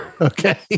Okay